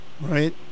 right